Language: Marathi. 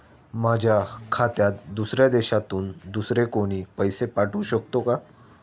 माझ्या खात्यात दुसऱ्या देशातून दुसरे कोणी पैसे पाठवू शकतो का?